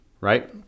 Right